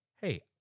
Hey